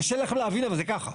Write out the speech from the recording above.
קשה לכם להבין אבל זה ככה.